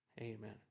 amen